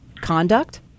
conduct